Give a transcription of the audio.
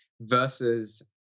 versus